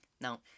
Now